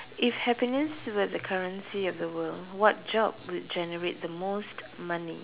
if happiness were the currency of the world what job would generate the most money